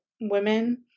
women